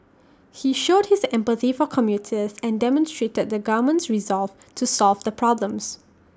he showed his empathy for commuters and demonstrated the government's resolve to solve the problems